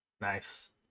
Nice